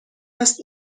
است